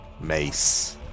Mace